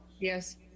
yes